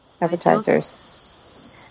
advertisers